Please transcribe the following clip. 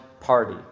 party